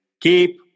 keep